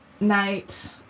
night